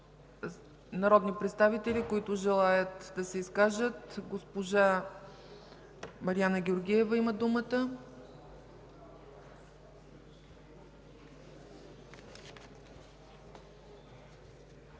народни представители, които желаят да се изкажат? Госпожа Мариана Георгиева има думата. МАРИАНА